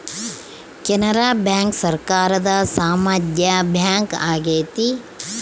Canara bank ಸರಕಾರದ ಸಾಮ್ಯದ bank ಆಗೈತೆ